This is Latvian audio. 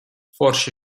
forši